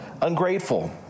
ungrateful